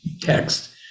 text